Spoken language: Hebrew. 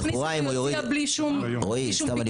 יכניסו ויוציאו בלי שום פיקוח.